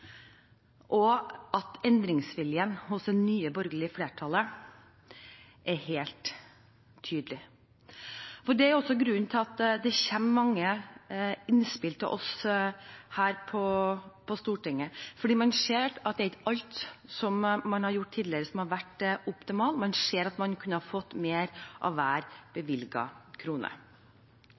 og at endringsviljen hos det nye borgerlige flertallet er helt tydelig. Det er også grunnen til at det kommer mange innspill til oss her på Stortinget. Man ser at det ikke er alt man har gjort tidligere, som har vært optimalt. Man ser at man kunne fått mer ut av hver bevilget krone.